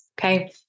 Okay